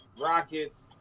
rockets